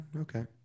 okay